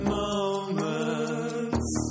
moments